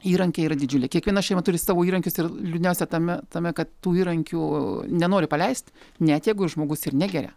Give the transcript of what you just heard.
įrankiai yra didžiuliai kiekviena šeima turi savo įrankius ir liūdniausia tame tame kad tų įrankių nenori paleist net jeigu ir žmogus ir negeria